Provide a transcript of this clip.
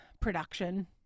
production